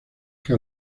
que